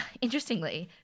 interestingly